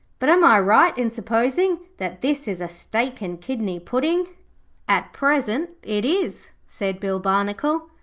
but am i right in supposing that this is a steak-and-kidney pudding at present it is said bill barnacle.